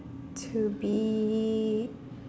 to be